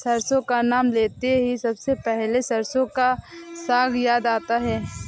सरसों का नाम लेते ही सबसे पहले सरसों का साग याद आता है